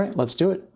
let's do it.